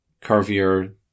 curvier